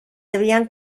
debían